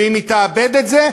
ואם היא תאבד את זה,